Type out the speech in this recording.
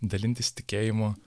dalintis tikėjimu